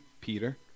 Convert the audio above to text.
Peter